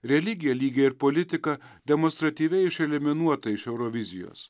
religija lygiai ir politika demonstratyviai išeliminuota iš eurovizijos